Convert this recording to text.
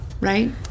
Right